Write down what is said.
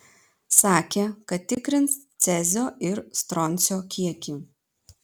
sakė kad tikrins cezio ir stroncio kiekį